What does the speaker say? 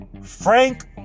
Frank